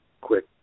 quick